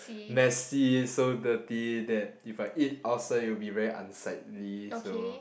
messy so dirty that if I eat outside it will be very unsightly so